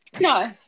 no